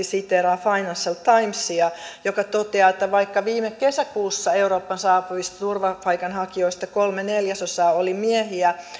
siteeraa financial timesia joka toteaa että vaikka viime kesäkuussa eurooppaan saapuvista turvapaikanhakijoista kolme neljäsosaa oli miehiä